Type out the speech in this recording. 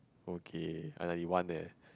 okay I ninety one eh